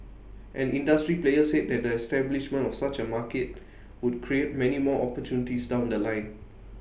an industry player said that the establishment of such A market would create many more opportunities down The Line